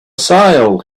sale